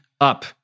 up